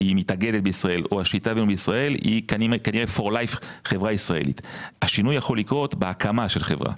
היא מתאגדת בישראל או השליטה בישראל היא כנראה חברה ישראלית For life.